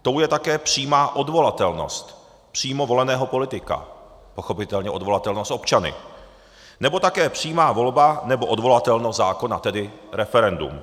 Tou je také přímá odvolatelnost přímo voleného politika, pochopitelně odvolatelnost občany, nebo také přímá volba nebo odvolatelnost zákona, tedy referendum.